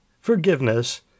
forgiveness